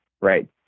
right